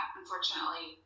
unfortunately